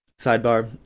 Sidebar